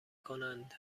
کنند